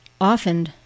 often